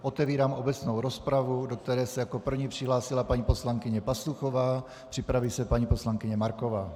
Otevírám obecnou rozpravu, do které se jako první přihlásila paní poslankyně Pastuchová, připraví se paní poslankyně Marková.